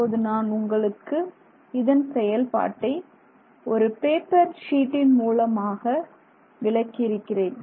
இப்போது நான் உங்களுக்கு இதன் செயல்பாட்டை ஒரு பேப்பர் ஷீட்டின் மூலமாக விளக்கி இருக்கிறேன்